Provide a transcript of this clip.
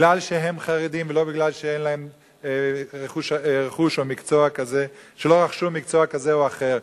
כי הם חרדים, ולא כי הם לא רכשו מקצוע כזה או אחר.